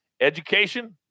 education